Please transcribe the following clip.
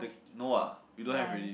no ah we don't have already